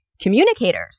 communicators